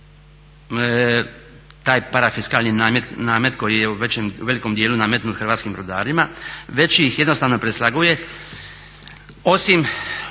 taj parafiskalni namet koji je u velikom djelu nametnut hrvatskim brodarima već ih jednostavno preslaguje osim